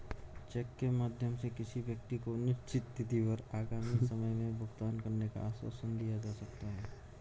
check के माध्यम से किसी व्यक्ति को निश्चित तिथि पर आगामी समय में भुगतान करने का आश्वासन दिया जा सकता है